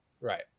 Right